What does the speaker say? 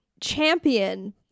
champion